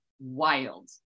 wild